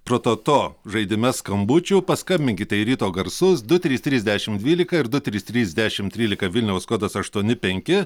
prototo žaidime skambučių paskambinkite į ryto garsus du trys trys dešim dvylika ir du trys trys dešim trylika vilniaus kodas aštuoni penki